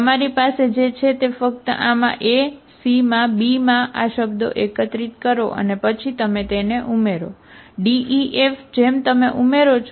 તમારી પાસે જે છે તે ફક્ત આમાં A C માં B માં આ શબ્દો એકત્રિત છો